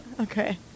Okay